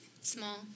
Small